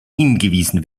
hingewiesen